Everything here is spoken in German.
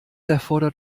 erfordert